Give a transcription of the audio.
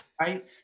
Right